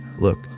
look